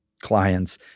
clients